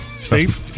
Steve